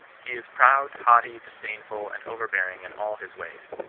he is proud, haughty, disdainful, and overbearing in all his ways.